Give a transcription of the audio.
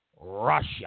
Russia